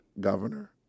governor